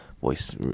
voice